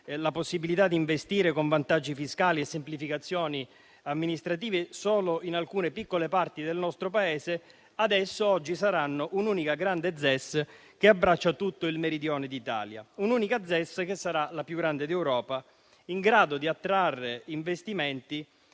la possibilità di investire con vantaggi fiscali e semplificazioni amministrative, solo in alcune piccole parti del nostro Paese, adesso diventeranno un'unica grande ZES, che abbraccia tutto il Meridione d'Italia. Una unica ZES, che sarà la più grande d'Europa, in grado di attrarre investimenti